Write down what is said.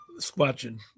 Squatching